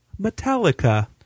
Metallica